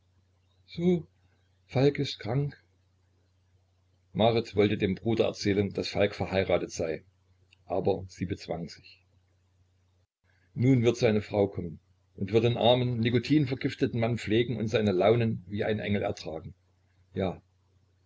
so falk ist krank marit wollte dem bruder erzählen daß falk verheiratet sei aber sie bezwang sich nun wird seine frau kommen und wird den armen nikotin vergifteten mann pflegen und seine launen wie ein engel ertragen ja